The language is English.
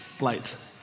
lights